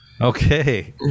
Okay